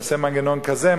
תעשה מנגנון כזה,